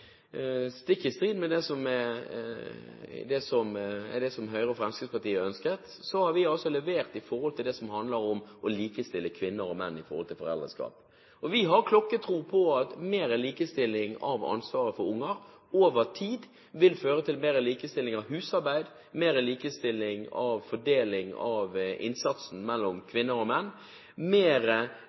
Stikk i strid med det som Høyre og Fremskrittspartiet ønsket, har vi altså levert i forhold til det som handler om å likestille kvinner og menn i foreldreskap. Vi har klokkertro på at mer likestilling når det gjelder ansvaret for barn, over tid vil føre til mer likestilling i husarbeid, mer likestilling i fordelingen av innsatsen mellom kvinner og menn,